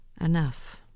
enough